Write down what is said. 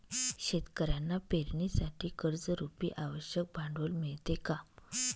शेतकऱ्यांना पेरणीसाठी कर्जरुपी आवश्यक भांडवल मिळते का?